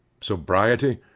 sobriety